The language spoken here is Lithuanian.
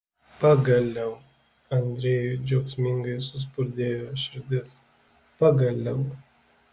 pagaliau andrejui džiaugsmingai suspurdėjo širdis pagaliau